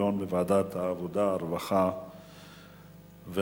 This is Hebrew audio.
תידון בוועדת העבודה, הרווחה והבריאות.